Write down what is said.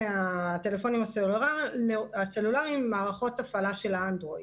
מהטלפונים הסלולריים הם עם מערכות הפעלה של אנדרואיד.